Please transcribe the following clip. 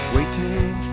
Waiting